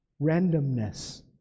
randomness